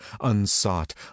unsought